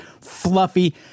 fluffy